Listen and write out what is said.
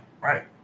Right